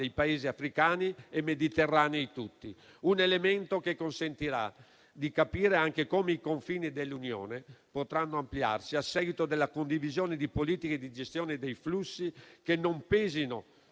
dei Paesi africani e mediterranei tutti; un elemento che consentirà di capire anche come i confini dell'Unione potranno ampliarsi a seguito della condivisione di politiche di gestione dei flussi che non pesino